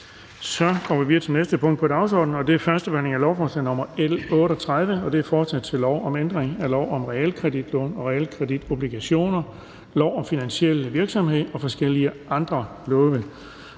--- Det næste punkt på dagsordenen er: 3) 1. behandling af lovforslag nr. L 38: Forslag til lov om ændring af lov om realkreditlån og realkreditobligationer, lov om finansiel virksomhed og forskellige andre love.